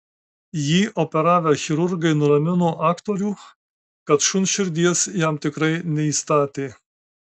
jį operavę chirurgai nuramino aktorių kad šuns širdies jam tikrai neįstatė